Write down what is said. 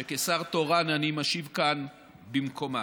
שכשר תורן אני משיב כאן במקומה.